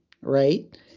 right